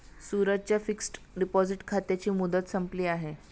सूरजच्या fixed deposit खात्याची मुदत संपली आहे